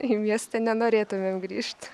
į mieste nenorėtumėm grįžt